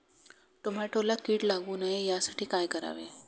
टोमॅटोला कीड लागू नये यासाठी काय करावे?